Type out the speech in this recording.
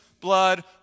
blood